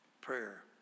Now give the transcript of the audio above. prayer